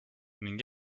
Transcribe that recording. ning